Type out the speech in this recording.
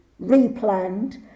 replanned